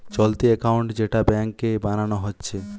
চলতি একাউন্ট যেটা ব্যাংকে বানানা হচ্ছে